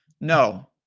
No